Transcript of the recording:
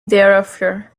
thereafter